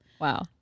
Wow